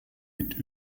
mit